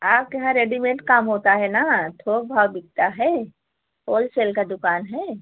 आपके यहाँ रेडीमेट काम होता है न थोक भाव बिकता है होलसेल का दुकान है